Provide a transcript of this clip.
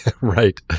right